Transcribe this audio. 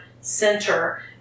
center